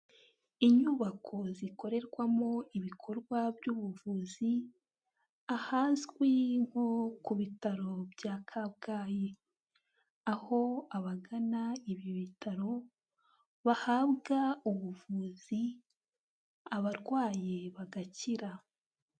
Inyubako zikorerwamo ibikorwa by'ubuvuzi, ahazwi nko ku bitaro bya Kabgayi. Aho abagana ibi bitaro, bahabwa ubuvuzi, abarwayi bagakira.